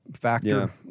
factor